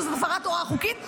שזו הפרת הוראה חוקית,